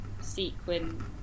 sequin